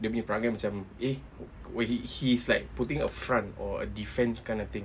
dia punya perangai macam eh he he's like putting a front or a defense kind of thing